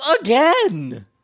Again